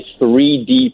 3D